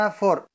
four